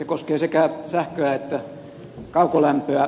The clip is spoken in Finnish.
se koskee sekä sähköä että kaukolämpöä